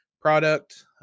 Product